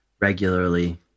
regularly